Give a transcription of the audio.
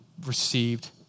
received